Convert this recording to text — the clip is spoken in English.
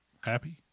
happy